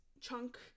chunk